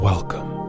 Welcome